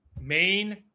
main